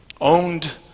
owned